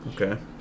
Okay